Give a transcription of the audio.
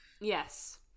Yes